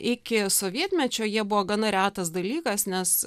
iki sovietmečio jie buvo gana retas dalykas nes